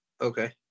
Okay